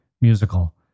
musical